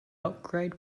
upgrade